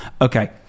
Okay